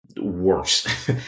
worse